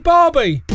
Barbie